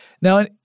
Now